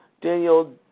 Daniel